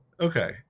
Okay